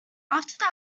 after